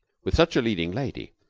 with such a leading lady,